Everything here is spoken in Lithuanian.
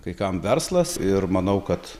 kai kam verslas ir manau kad